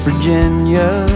Virginia